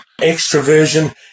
Extroversion